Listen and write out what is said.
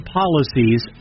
policies